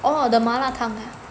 oh the 麻辣汤